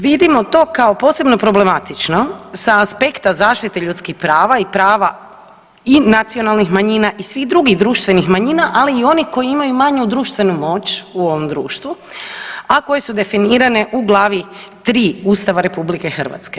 Vidimo to kao posebno problematično sa aspekta zaštite ljudskih prava i prava i nacionalnih manjina i svih drugih društvenih manjina, ali i onih koji imaju manju društvenu moć u ovom društvu, a koje su definirane u glavi 3. Ustava RH.